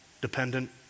dependent